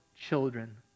children